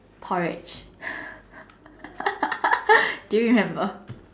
porridge do you remember